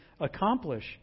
accomplish